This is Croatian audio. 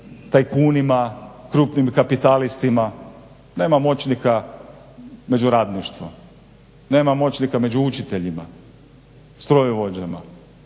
tajkunima, krupnim kapitalistima. Nema moćnika među radništvom, nema moćnika među učiteljima, strojovođama,